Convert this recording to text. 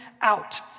Out